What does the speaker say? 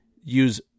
use